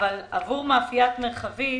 עבור מאפיית מרחבית